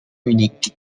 munich